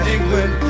England